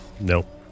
Nope